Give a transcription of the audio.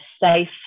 safe